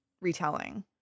retelling